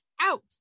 out